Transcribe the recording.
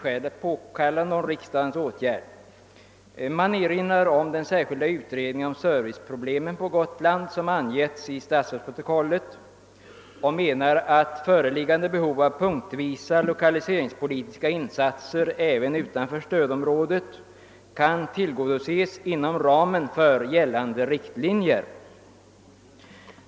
Utskottet, som avstyrker några riksdagens åtgärder i sammanhanget, erinrar om den särskilda utredning om serviceproblemen som angivits i statsrådsprotokollet och skriver att föreliggande behov av punktvisa lokaliseringspolitiska insatser även utanför stödområdet kan tillgodoses inom ramen för gällande riktlinjer.